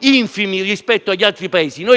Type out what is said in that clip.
infimi rispetto agli altri.